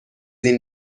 این